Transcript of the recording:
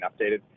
updated